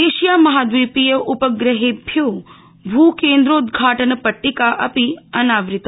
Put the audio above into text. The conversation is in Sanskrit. एशिया माहद्वीपीय उपग्रहेभ्यो भ्केन्द्रोद्घाटनपट्टिका अपि अनावता